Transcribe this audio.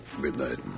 Midnight